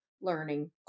learning